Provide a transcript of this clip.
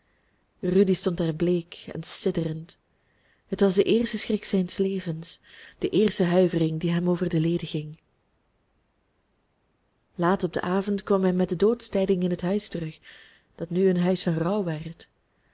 rudy stond daar bleek en sidderend het was de eerste schrik zijns levens de eerste huivering die hem over de leden ging laat op den avond kwam hij met de doodstijding in het huis terug dat nu een huis van rouw werd